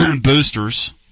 boosters